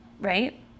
right